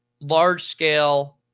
large-scale